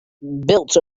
built